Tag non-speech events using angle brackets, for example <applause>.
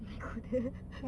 we got meh <breath>